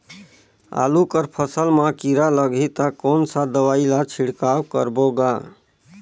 आलू कर फसल मा कीरा लगही ता कौन सा दवाई ला छिड़काव करबो गा?